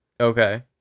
Okay